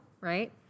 right